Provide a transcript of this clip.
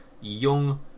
young